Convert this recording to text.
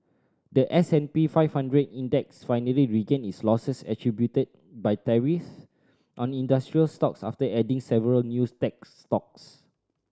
the S and P five hundred Index finally regained its losses attributed by tariffs on industrial stocks after adding several news tech stocks